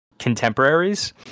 contemporaries